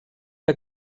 que